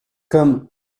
comme